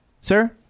Sir